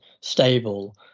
stable